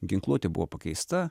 ginkluotė buvo pakeista